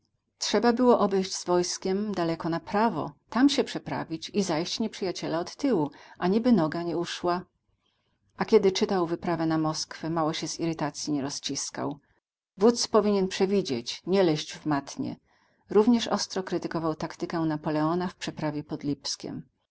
trzeba było obejść z wojskiem daleko na prawo tam się przeprawić i zajść nieprzyjaciela od tyłu aniby noga nie uszła a kiedy czytał wyprawę na moskwę mało się z irytacji nie rozciskał wódz powinien przewidzieć nie leźć w matnię również ostro krytykował taktykę napoleona